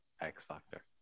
X-Factor